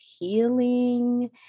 healing